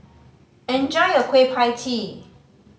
enjoy your Kueh Pie Tee